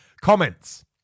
comments